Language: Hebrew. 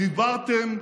דיברתם,